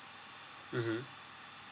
mmhmm